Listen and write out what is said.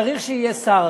צריך שיהיה שר.